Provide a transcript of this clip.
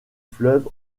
fleuve